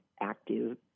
active